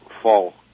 fall